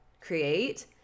create